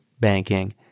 banking